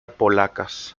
polacas